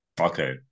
Okay